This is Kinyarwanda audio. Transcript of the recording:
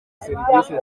serivisi